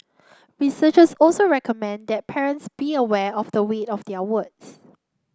researchers also recommend that parents be aware of the weight of their words